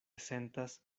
sentas